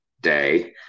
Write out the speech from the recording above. day